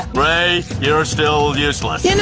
you're still useless